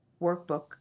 workbook